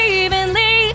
evenly